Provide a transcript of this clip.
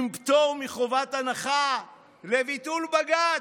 עם פטור מחובת הנחה, לביטול בג"ץ.